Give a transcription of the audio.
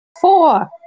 Four